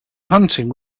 hunting